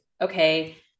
okay